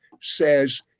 says